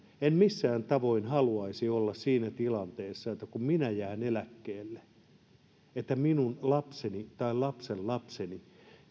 en millään tavoin haluaisi olla siinä tilanteessa että kun minä jään eläkkeelle niin minun lapseni tai lapsenlapseni